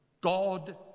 God